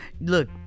Look